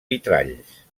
vitralls